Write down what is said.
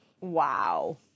Wow